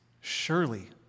surely